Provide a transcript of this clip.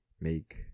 make